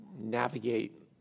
navigate